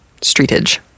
streetage